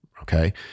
okay